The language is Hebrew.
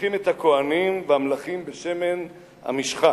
מושחים את הכוהנים והמלכים בשמן המשחה,